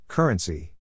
Currency